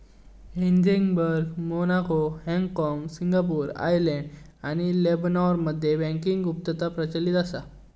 Luxembourg, Monaco, हाँगकाँग, Singapore, Ireland आणि लेबनॉनमध्ये बँकिंग गुप्तता प्रचलित असा